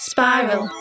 Spiral